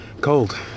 Cold